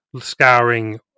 scouring